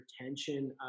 retention